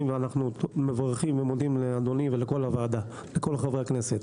ואנו מברכים ומודים לאדוני ולכל חברי הכנסת.